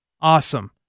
Awesome